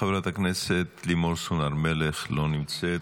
חברת הכנסת לימור סון הר מלך, לא נמצאת.